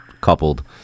coupled